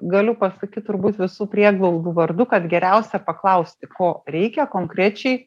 galiu pasakyt turbūt visų prieglaudų vardu kad geriausia paklausti ko reikia konkrečiai